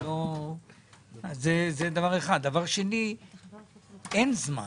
אין זמן.